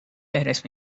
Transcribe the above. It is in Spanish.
eres